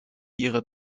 ihre